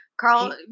Carl